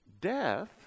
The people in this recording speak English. death